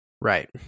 right